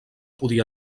podia